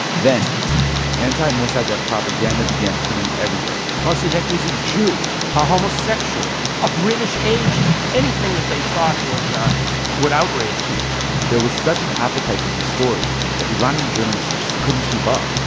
then anti-mossadegh propaganda began printing everywhere mossadegh was a jew, a homosexual, a british agent, anything that they thought would um would outrage people there was such an appetite for these stories that iranian journalists just couldn't keep up,